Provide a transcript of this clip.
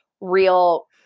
real